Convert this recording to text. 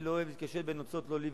אני לא אוהב להתקשט בנוצות לא לי,